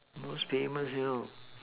most famous you know